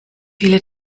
viele